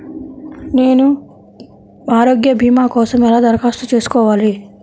నేను ఆరోగ్య భీమా కోసం ఎలా దరఖాస్తు చేసుకోవాలి?